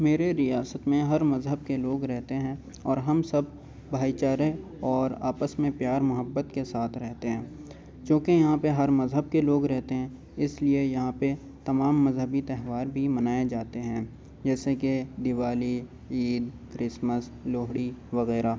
میرے ریاست میں ہر مذہب کے لوگ رہتے ہیں اور ہم سب بھائی چارے اور آپس میں پیار محبت کے ساتھ رہتے ہیں چونکہ یہاں پہ ہر مذہب کے لوگ رہتے ہیں اس لیے یہاں پہ تمام مذہبی تہوار بھی منائے جاتے ہیں جیسے کہ دیوالی عید کرسمس لوہری وغیرہ